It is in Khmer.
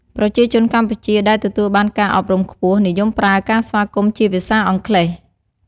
ប្រជាជនកម្ពុជាដែលទទួលបានការអប់រំខ្ពស់ និយមប្រើការស្វាគមន៍ជា ភាសាអង់គ្លេស។